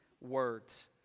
words